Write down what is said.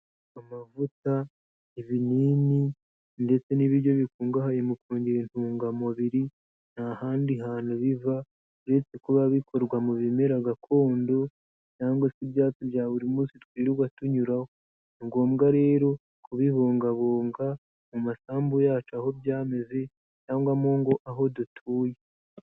Amavuta, ibinini ndetse n'ibiryo bikungahaye mu kungera intungamubiri, ntahandi hantu biva, uretse kuba bikorwa mu bimera gakondo cyangwa se ibyatsi bya buri munsi twirirwa tunyuraraho. Ni ngombwa rero kubibungabunga, mu masambu yacu aho byameze cyangwa mu ngo aho dutuye.